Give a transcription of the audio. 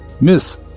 Miss